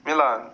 مِلان